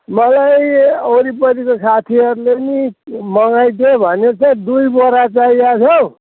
मलाई यो वरिपरिको साथीहरूले नि मगाइदियो भने चाहिँ दुई बोरा चाहिएको थियो हौ